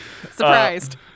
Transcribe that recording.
Surprised